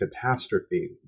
catastrophe